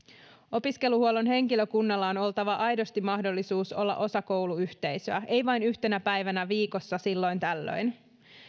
opiskeluhuollon henkilökunnalla on oltava aidosti mahdollisuus olla osa kouluyhteisöä ei vain yhtenä päivänä viikossa silloin tällöin